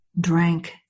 drank